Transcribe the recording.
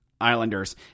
Islanders